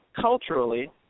culturally